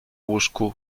łóżku